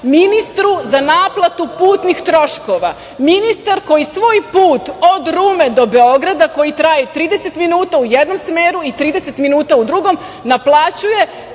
ministru za naplatu putnih troškova. Ministar koji svoj put od Rume do Beograda koji traje 30 minuta u jednom smeru i 30 minuta u drugom naplaćuje